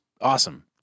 awesome